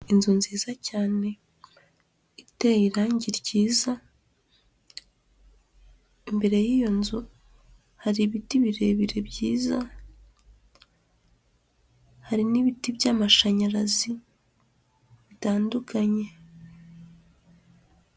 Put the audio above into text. iInzu nziza cyane iteye irangi ryiza, imbere y'iyo nzu hari ibiti birebire byiza, hari n'ibiti by'amashanyarazi bitandukanye.